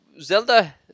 Zelda